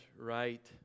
right